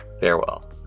Farewell